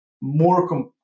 more